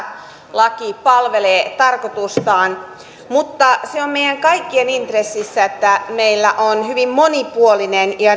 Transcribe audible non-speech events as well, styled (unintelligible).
laki palvelee tarkoitustaan mutta on meidän kaikkien intressissä että meillä on hyvin monipuolinen ja (unintelligible)